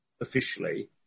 officially